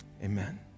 Amen